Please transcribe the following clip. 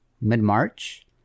mid-march